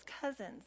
cousins